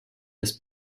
des